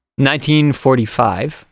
1945